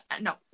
no